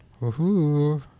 Woohoo